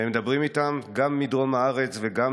והם מדברים איתם גם מדרום הארץ וגם